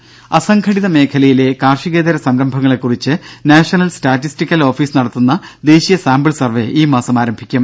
ദ്ദേ അസംഘടിതമേഖലയിലെ കാർഷികേതര സംരംഭങ്ങളെ കുറിച്ച് നാഷണൽ സ്റ്റാറ്റിസ്റ്റിക്കൽ ഓഫീസ് നടത്തുന്ന ദേശീയ സാമ്പിൾ സർവ്വേ ഈ മാസം തുടങ്ങും